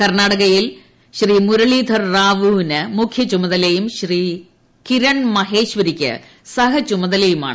കർണ്ണാടകയിൽ മുരളീധർ റാവുവിന് മുഖ്യചുതലയും കിരൺ മഹേശ്വരിക്ക് സഹ ചുമതലയുമാണ്